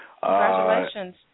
Congratulations